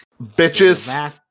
bitches